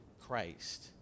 Christ